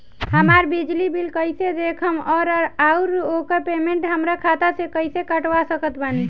हमार बिजली बिल कईसे देखेमऔर आउर ओकर पेमेंट हमरा खाता से कईसे कटवा सकत बानी?